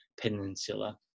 Peninsula